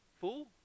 fool